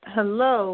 Hello